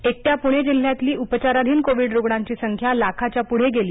एकट्या पुणे जिल्ह्यातली उपचाराधीन कोविड रुग्णांची संख्या लाखाच्या पुढे गेली